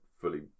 Fully